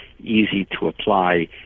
easy-to-apply